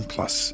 Plus